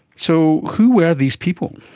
so who were these people?